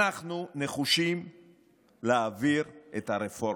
אנחנו נחושים להעביר את הרפורמה,